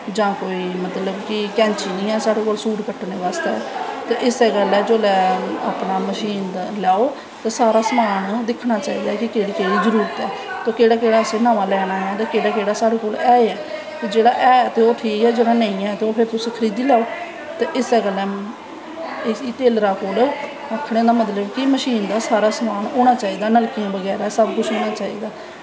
जां कोई मतलव कि कैंची नी ऐ साढ़े कोल सूट कट्टनैं बास्ते जिसलै मशीन लैओ ते सारा समान दिक्खना चाही दा कि केह्ड़ी केह्ड़ी जरूरत ऐ ते केह्ड़ा केह्ड़ा असैं नमां लैना ऐ ते केह्ड़ा केह्ड़ा साढ़े कोल ऐ जेह्ड़ा ऐ ते ठीक ऐ जेह्ड़ा नेंी ऐ ते ओह् तुस खरीदी लैओ ते इस्सै कन्नैं टेल्लरा कोल आखनें दा मतलव कि सारा समान होनां चाही दा नलकिमयां बगैरा होनां चाही दा